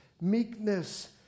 meekness